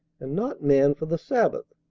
and not man for the sabbath'!